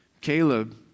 Caleb